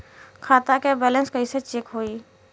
खता के बैलेंस कइसे चेक होई?